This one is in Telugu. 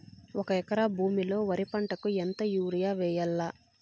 ఒక ఎకరా భూమిలో వరి పంటకు ఎంత యూరియ వేయల్లా?